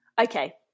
Okay